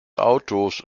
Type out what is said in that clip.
autos